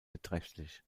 beträchtlich